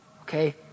okay